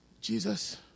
Jesus